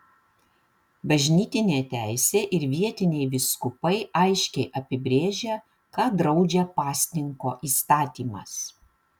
bažnytinė teisė ir vietiniai vyskupai aiškiai apibrėžia ką draudžia pasninko įstatymas